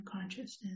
consciousness